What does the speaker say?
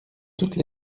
toutes